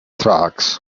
tracks